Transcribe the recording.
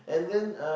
ah